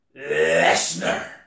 Lesnar